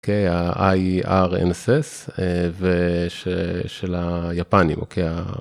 ה-IRNSS ושל היפנים אוקיי.